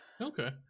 okay